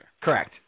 Correct